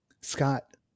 Scott